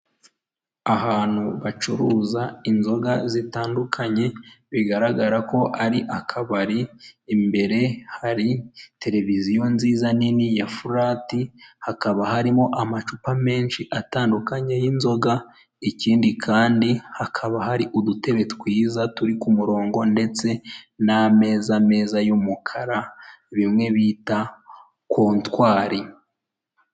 Ahantu bacuruza inzoga zitandukanye bigaragara ko ari akabari, imbere hari televiziyo nziza nini ya furati, hakaba harimo amacupa menshi atandukanye y'inzoga, ikindi kandi hakaba hari udutebe twiza turi ku murongo ndetse n'ameza meza y'umukara bimwe bita kontwari.